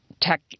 tech